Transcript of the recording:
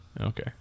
Okay